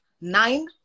nine